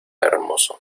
hermoso